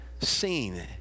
seen